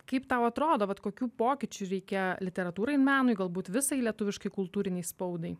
kaip tau atrodo vat kokių pokyčių reikia literatūrai ir menui galbūt visai lietuviškai kultūrinei spaudai